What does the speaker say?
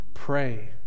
pray